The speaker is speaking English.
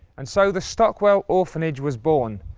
and so the stockwell orphange was born.